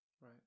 right